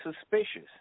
suspicious